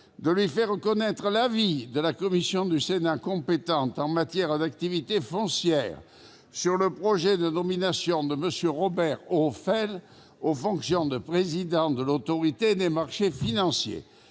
de lui faire connaître l'avis de la commission du Sénat compétente en matière d'activités financières sur le projet de nomination de M. Robert Ophèle aux fonctions de président de l'Autorité des marchés financiers.